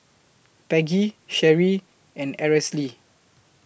Peggy Cherie and Aracely